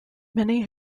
many